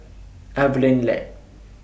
Evelyn Lip